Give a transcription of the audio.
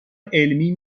علمی